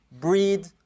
breed